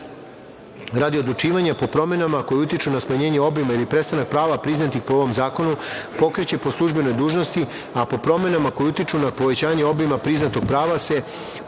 radi odlučivanja po promenama koje utiču na smanjenje obima ili prestanak prava priznatih po ovom zakonu pokreće po službenoj dužnosti, a promenama koje utiču na povećanje obima priznatog prava se